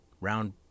round